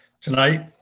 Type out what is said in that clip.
tonight